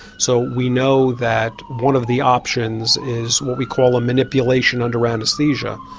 so we know that one of the options is what we call a manipulation under anaesthesia,